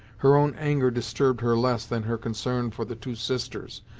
her own anger disturbed her less than her concern for the two sisters,